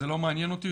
זה לא מעניין אותי,